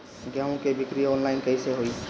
गेहूं के बिक्री आनलाइन कइसे होई?